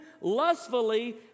lustfully